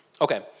Okay